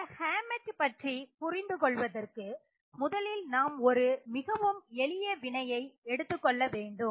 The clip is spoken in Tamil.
இந்த ஹேமெட் பற்றி புரிந்து கொள்வதற்கு முதலில் நாம் ஒரு மிகவும் எளிய வினையை எடுத்துக்கொள்ள வேண்டும்